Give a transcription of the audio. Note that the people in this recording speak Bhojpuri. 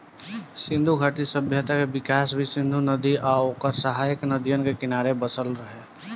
सिंधु घाटी सभ्यता के विकास भी सिंधु नदी आ ओकर सहायक नदियन के किनारे बसल रहे